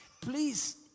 Please